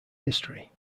history